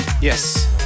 Yes